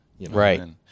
Right